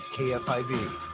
KFIV